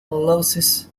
losses